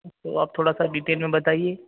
आप थोड़ा सा डिटेल में बताइए